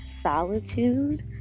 solitude